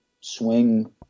swing